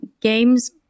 games